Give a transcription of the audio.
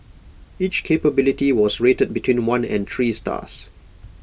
each capability was rated between one and three stars